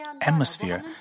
atmosphere